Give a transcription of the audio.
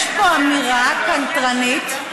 יש פה אמירה קנטרנית,